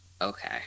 Okay